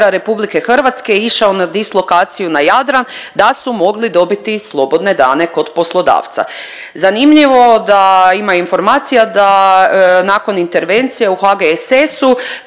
sa sjevera RH išao na dislokaciju na Jadran da su mogli dobiti slobodne dane kod poslodavca. Zanimljivo da ima informacija da nakon intervencije u HGSS-u